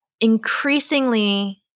increasingly